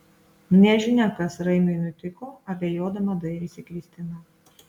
nežinia kas raimiui nutiko abejodama dairėsi kristina